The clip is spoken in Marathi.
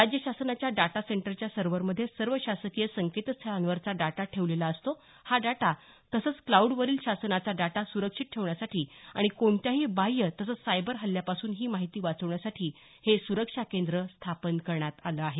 राज्य शासनाच्या डाटा सेंटरच्या सर्व्हरमध्ये सर्व शासकीय संकेतस्थळावरचा डाटा ठेवलेला असतो हा डाटा तसंच क्लाऊडवरील शासनाचा डाटा सुरक्षित ठेवण्यासाठी आणि कोणत्याही बाह्य तसंच सायबर हल्ल्यापासून ही माहिती वाचवण्यासाठी हे सुरक्षा केंद्र स्थापन करण्यात आलं आहे